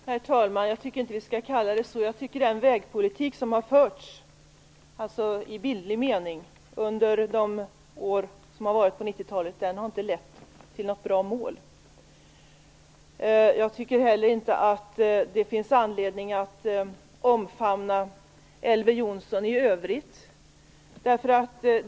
Herr talman! Jag tycker inte att vi skall kalla det så. Den vägpolitik, i bildlig mening, som har förts under 1990-talet har inte lett till något bra. Jag tycker heller inte att det finns anledning omfamna Elver Jonsson i övrigt.